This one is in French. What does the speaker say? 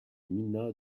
mina